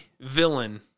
villain